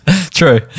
true